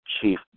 chief